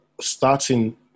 starting